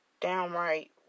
downright